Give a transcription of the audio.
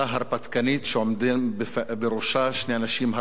שעומדים בראשה שני אנשים הרפתקנים,